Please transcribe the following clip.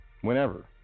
Whenever